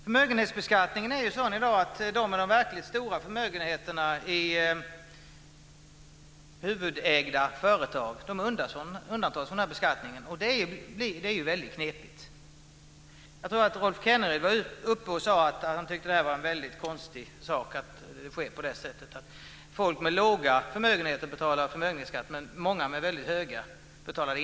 Förmögenhetsbeskattningen är i dag sådan att de med de verkligt stora förmögenheterna i huvudägda företag undantags från denna beskattning, och det är ju väldigt knepigt. Rolf Kenneryd sade att han tyckte att det var väldigt konstigt att folk med låga förmögenheter betalar förmögenhetsskatt medan många med väldigt höga inte betalar.